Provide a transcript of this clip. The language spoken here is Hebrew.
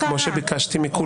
-- בת דקה, כמו שביקשתי מכולם.